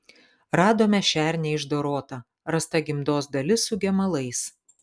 radome šernę išdorotą rasta gimdos dalis su gemalais